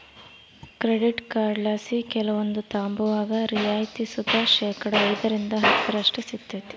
credit ಕಾರ್ಡ್ಲಾಸಿ ಕೆಲವೊಂದು ತಾಂಬುವಾಗ ರಿಯಾಯಿತಿ ಸುತ ಶೇಕಡಾ ಐದರಿಂದ ಹತ್ತರಷ್ಟು ಸಿಗ್ತತೆ